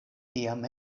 tiam